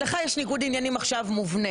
נניח שיש לך ניגוד עניינים מובנה,